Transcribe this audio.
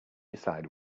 decide